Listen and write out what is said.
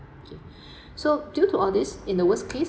okay so due to all this in the worst case